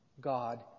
God